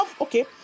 Okay